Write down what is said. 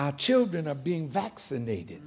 our children are being vaccinated